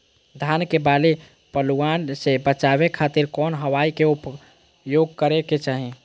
धान के बाली पिल्लूआन से बचावे खातिर कौन दवाई के उपयोग करे के चाही?